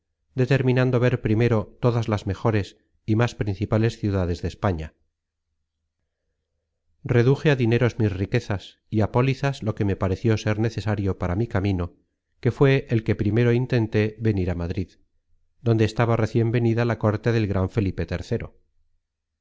determinando ver primero todas las mejores y más principales ciudades de españa reduje á dineros mis riquezas y á pólizas lo que me pareció ser necesario para mi camino que fué el que primero intenté venir á madrid donde estaba recien venida la corte del gran felipe